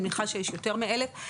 אני מניחה שיש יותר מאלף,